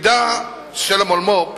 תפקידה של המולמו"פ,